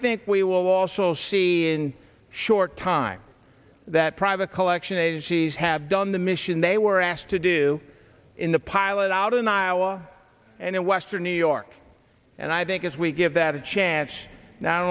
think we will also see in short time that private collection agencies have done the mission they were asked to do in the pilot out in iowa and in western new york and i think as we give that a chance no